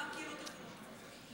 גם קהילות אחרות מופלות לרעה.